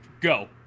Go